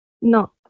No